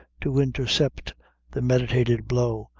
to intercept the meditated blow,